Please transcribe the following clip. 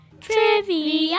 Trivia